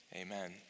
amen